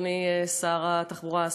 אדוני שר התחבורה,